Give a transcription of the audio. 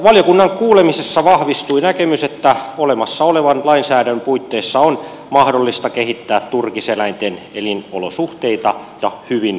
valiokunnan kuulemisessa vahvistui näkemys että olemassa olevan lainsäädännön puitteissa on mahdollista kehittää turkiseläinten elinolosuhteita ja hyvinvointia